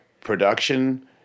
production